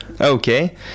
Okay